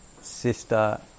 sister